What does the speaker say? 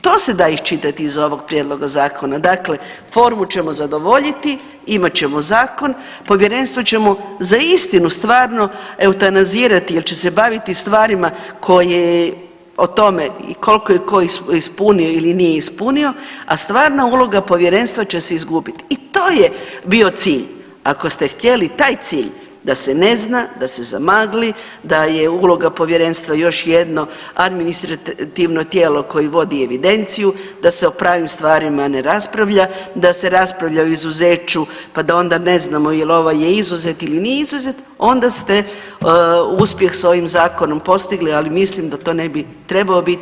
To se da iščitati iz ovog prijedloga zakona, dakle formu ćemo zadovoljiti, imat ćemo zakon, povjerenstvo ćemo zaistinu stvarno eutanazirati jer će se baviti stvarima koje o tome i koliko je ko ispunio ili nije ispunio, a stvarna uloga povjerenstva će se izgubit i to je bio cilj ako ste htjeli taj cilj da se ne zna, da se zamagli, da je uloga povjerenstva još jedno administrativno tijelo koje vodi evidenciju, da se o pravim stvarima ne raspravlja, da se raspravlja o izuzeću pa da onda ne znamo jel ovaj je izuzet ili nije izuzet onda ste uspjeh s ovim zakonom postigli, ali mislim da to nije trebao biti i ne smije biti smisao ovog zakona.